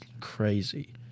crazy